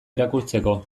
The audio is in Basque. irakurtzeko